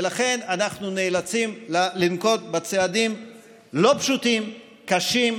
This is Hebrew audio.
ולכן אנחנו נאלצים לנקוט צעדים לא פשוטים, קשים.